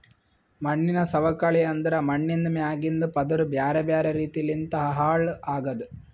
ಮಣ್ಣಿನ ಸವಕಳಿ ಅಂದುರ್ ಮಣ್ಣಿಂದ್ ಮ್ಯಾಗಿಂದ್ ಪದುರ್ ಬ್ಯಾರೆ ಬ್ಯಾರೆ ರೀತಿ ಲಿಂತ್ ಹಾಳ್ ಆಗದ್